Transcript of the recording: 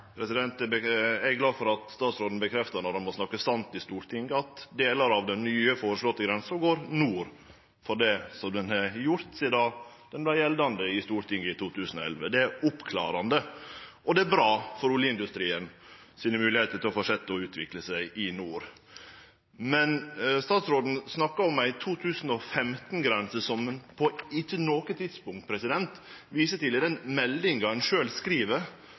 Eg er glad for at statsråden bekreftar, når han må snakke sant i Stortinget, at delar av den nye føreslåtte grensa går nord for det ho har gjort sidan ho vart gjeldande etter vedtak i Stortinget i 2011. Det er oppklarande, og det er bra for oljeindustriens moglegheiter til å fortsetje å utvikle seg i nord. Men statsråden snakkar om ei 2015-grense som ein ikkje på noko tidspunkt viser til i den meldinga ein sjølv skriv,